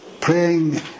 praying